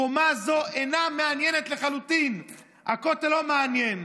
חומה זו אינה מעניינת לחלוטין הכותל לא מעניין,